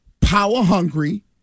power-hungry